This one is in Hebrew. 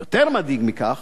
יותר מדאיג מכך,